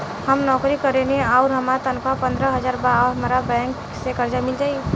हम नौकरी करेनी आउर हमार तनख़ाह पंद्रह हज़ार बा और हमरा बैंक से कर्जा मिल जायी?